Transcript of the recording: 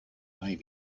may